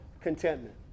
contentment